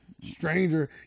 stranger